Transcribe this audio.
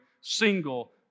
single